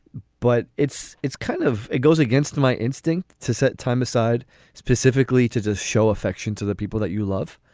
but it's it's kind of it goes against my instinct to set time aside specifically to to show affection to the people that you love.